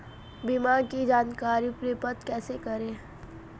बीमा की जानकारी प्राप्त कैसे करें?